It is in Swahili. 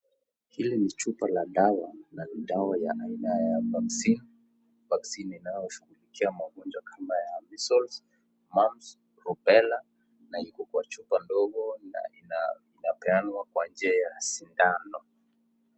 Hili ni chupa ya dawa, na ni dawa ya aina ya vaccine , vaccine inayoshughulia magonjwa kama ya measles, mumps, rubella na iko kwa chupa ndogo na inapeanwa kwa njia ya sindano.